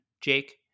jake